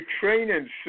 Training